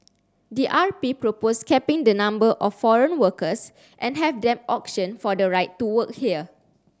the R P proposed capping the number of foreign workers and have them auction for the right to work here